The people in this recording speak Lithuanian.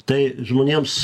tai žmonėms